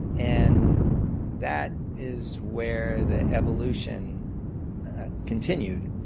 and that is where the evolution continued,